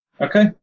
Okay